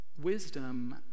wisdom